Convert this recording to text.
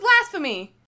blasphemy